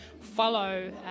follow